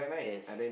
yes